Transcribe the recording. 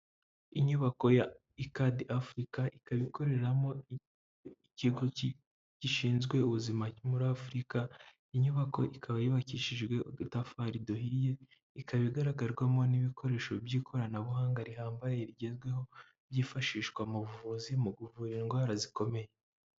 Inyubako ya ircad Africa ikaba ikoreramo ikigo gishinzwe ubuzima muri Afurika, inyubako ikaba yubakishijwe udutafari duhiye ikaba igaragaramo n'ibikoresho by'ikoranabuhanga rihambaye rigezweho byifashishwa mu buvuzi mu kuvura indwara zikomeye.